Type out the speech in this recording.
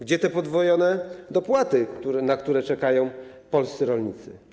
Gdzie te podwojone dopłaty, na które czekają polscy rolnicy?